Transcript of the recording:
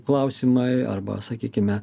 klausimai arba sakykime